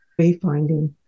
wayfinding